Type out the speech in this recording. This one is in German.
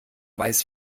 weiß